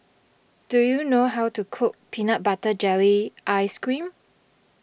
do you know how to cook Peanut Butter Jelly Ice Cream